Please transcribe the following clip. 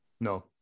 No